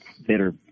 better